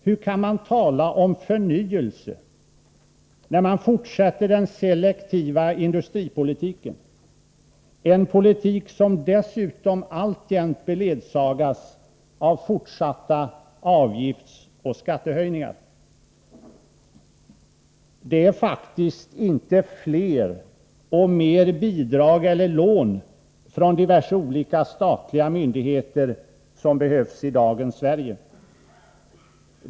Hur kan man tala om förnyelse när man fortsätter den selektiva industripolitiken, en politik som dessutom alltjämt beledsagas av fortsatta avgiftsoch skattehöjningar? Det är faktiskt inte fler och större bidrag eller lån från diverse olika statliga myndigheter som behövs i dagens Sverige.